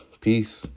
peace